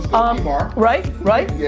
more. right, right?